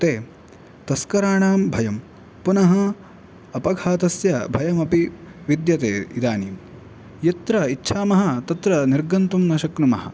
इत्युक्ते तस्कराणां भयम् पुनः अपघातस्य भयमपि विद्यते इदानीं यत्र इच्छामः तत्र निर्गन्तुं न शक्नुमः